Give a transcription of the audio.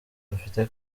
mfite